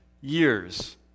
years